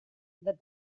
the